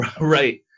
Right